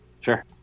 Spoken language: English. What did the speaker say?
Sure